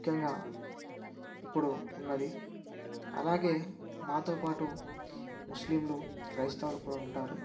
ముఖ్యంగా ఇప్పుడు ఉన్నది అలాగే మాతోపాటు ముస్లింలు క్రైస్తవులు కూడా ఉంటారు